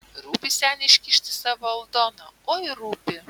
rūpi seniui iškišti savo aldoną oi rūpi